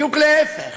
בדיוק להפך.